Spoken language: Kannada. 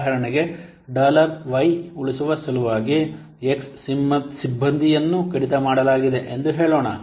ಉದಾಹರಣೆಗೆ ಡಾಲರ್ ವೈ ಉಳಿಸುವ ಸಲುವಾಗಿ x ಸಿಬ್ಬಂದಿಯನ್ನು ಕಡಿತ ಮಾದಲ್ಲಾಗಿದೆ ಎಂದು ಹೇಳೋಣ